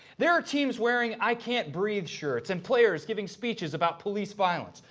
there are teams wearing i can't breathe shirts, and players giving speeches about police violence.